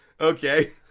okay